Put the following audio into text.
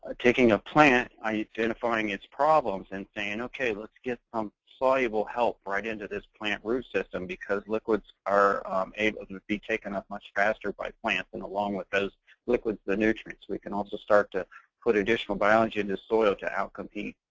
ah taking a plant, identifying its problems, and saying, okay, let's get some soluble help right into this plant root system. liquids are able to be taken up much faster by plants. and along with those liquids, the nutrients. we can also start to put additional biology in this soil to out compete